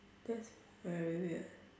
that's very weird